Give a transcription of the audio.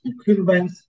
equipment